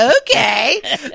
okay